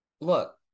look